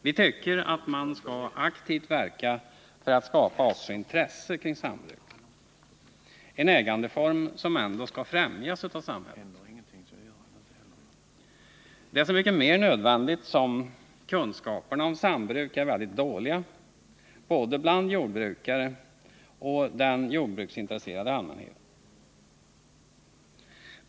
Vi tycker att man skall aktivt verka för att skapa också intresse kring sambruk, en ägandeform som ändå skall främjas av samhället. Det är så mycket mer nödvändigt som kunskaperna om sambruk är väldigt dåliga både bland jordbrukare och bland de jordbruksintresserade i allmänhet.